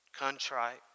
contrite